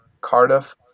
Cardiff